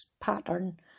pattern